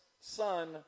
son